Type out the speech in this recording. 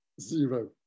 zero